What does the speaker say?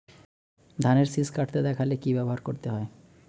ধানের শিষ কাটতে দেখালে কি ব্যবহার করতে হয়?